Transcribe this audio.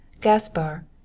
Gaspar